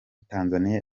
tanzania